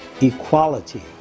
equality